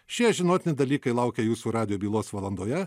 šie žinotini dalykai laukia jūsų radijo bylos valandoje